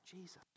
Jesus